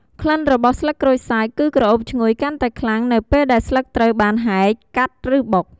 ក្លិនរបស់ស្លឹកក្រូចសើចគឺក្រអូបឈ្ងុយកាន់តែខ្លាំង នៅពេលដែលស្លឹកត្រូវបានហែក កាត់ ឬបុក។